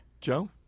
Joe